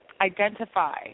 identify